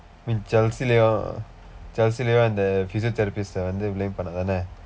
chelse இல்லயும்:illayum chelsea இல்லயும் அந்த:illayum andtha physiotherapist-aa வந்து:vandthu blame பண்ணான் தானே:pannaan thaanee